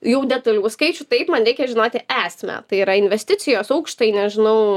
jau detalių skaičių taip man reikia žinoti esmę tai yra investicijos aukštai nežinau